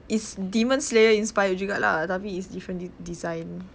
it's demon slayer inspired juga lah tapi it's different de~ design